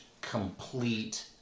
complete